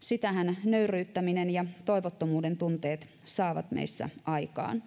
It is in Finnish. sitähän nöyryyttäminen ja toivottomuuden tunteet saavat meissä aikaan